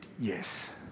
yes